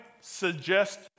suggest